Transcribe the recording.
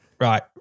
right